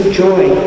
joy